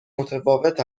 متفاوت